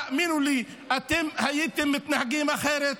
תאמינו לי אתם הייתם מתנהגים אחרת,